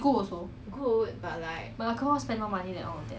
完蛋 liao